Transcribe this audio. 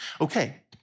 Okay